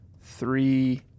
three